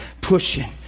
pushing